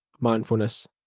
mindfulness